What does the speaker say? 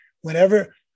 whenever